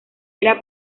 era